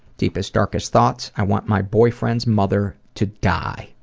deepest darkest thoughts, i want my boyfriend's mother to die.